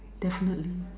definitely